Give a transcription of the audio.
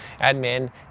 admin